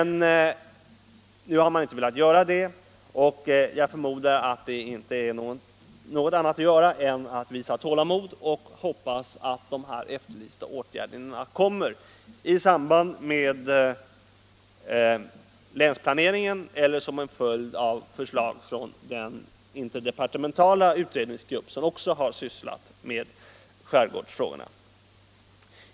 Nu har man dock inte velat göra det, och jag förmodar att det inte är någonting annat att göra än att visa tålamod och hoppas att de här efterlysta åtgärderna kommer i samband med länsplaneringen eller som en följd av förslag från den interdepartementala utredningsgruppen, som också har sysslat med skärgårdsfrågorna.